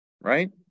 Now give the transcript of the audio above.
Right